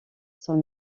sont